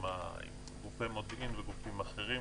עם גופי מודיעין וגופים אחרים.